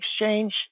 exchange